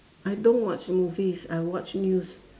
I don't watch movies I watch news